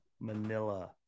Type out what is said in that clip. Manila